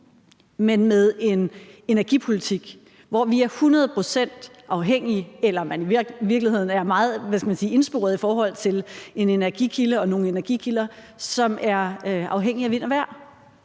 Men en energipolitik, som i virkeligheden er meget ensporet i forhold til en energikilde og nogle energikilder, som er afhængige af vind og vejr,